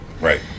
right